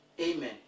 Amen